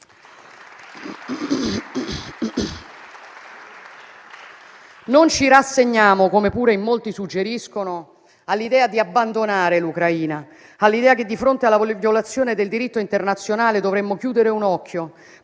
Non ci rassegniamo, come pure in molti suggeriscono, all'idea di abbandonare l'Ucraina e che, di fronte alla violazione del diritto internazionale, dovremmo chiudere un occhio,